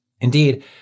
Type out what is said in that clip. Indeed